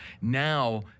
now